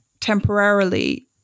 temporarily